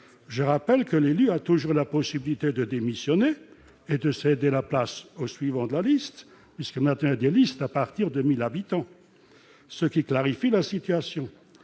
je rappelle que l'élu a toujours la possibilité de démissionner et de céder la place au suivant de la liste, puisque maintenant à des listes à partir de 1000 habitants ce qui clarifie la situation,